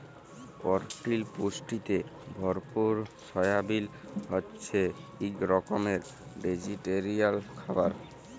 পরটিল পুষ্টিতে ভরপুর সয়াবিল হছে ইক রকমের ভেজিটেরিয়াল খাবার